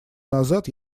назад